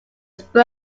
spur